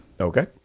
Okay